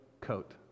coat